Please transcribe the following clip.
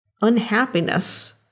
unhappiness